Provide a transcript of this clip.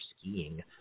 skiing